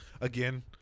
again